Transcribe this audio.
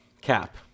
cap